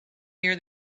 near